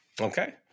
okay